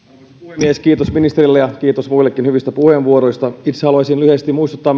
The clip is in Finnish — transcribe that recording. puhemies kiitos ministerille ja kiitos muillekin hyvistä puheenvuoroista itse haluaisin lyhyesti muistuttaa